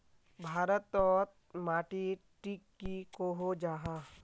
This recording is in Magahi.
भारत तोत माटित टिक की कोहो जाहा?